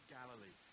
Galilee